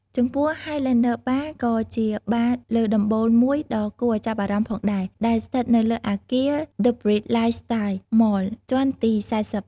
ចំពោះ ហាយឡែនឌឺ បារ (Highlander Bar) ក៏ជាបារលើដំបូលមួយដ៏គួរឱ្យចាប់អារម្មណ៍ផងដែរ ដែលស្ថិតនៅលើអគារ ដឹ ប៊្រីដ ឡាយស្តាយ៍ ម៉ល (The Bridge Lifestyle Mall) ជាន់ទី ៤០។